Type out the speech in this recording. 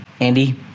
Andy